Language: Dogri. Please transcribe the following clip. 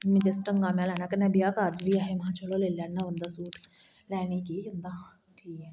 में जिस ढंगै दा में लाना कन्नै ब्याह कारज बी एै है में चलो लेई लेना बंदा सूट लेने गी केह् जंदा ठीक